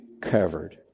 covered